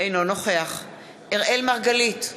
אינו נוכח אראל מרגלית,